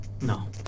No